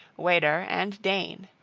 weder and dane.